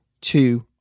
two